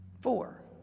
Four